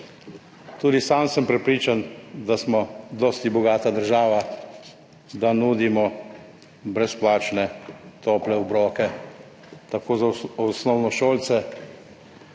Tudi sam sem prepričan, da smo dosti bogata država, da nudimo brezplačne tople obroke za osnovnošolce.